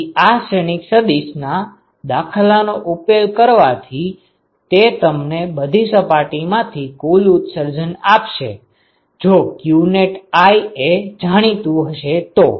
તેથી આ શ્રેણિક સદિશ ના દાખલા નો ઉકેલ કરવાથી તે તમને બધી સપાટી માંથી કુલ ઉત્સર્જન આપશે જો qneti એ જાણીતું હશે તો